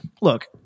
look